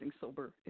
sober